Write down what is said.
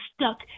stuck